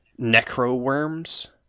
necroworms